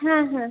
হ্যাঁ হ্যাঁ